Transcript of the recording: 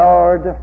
Lord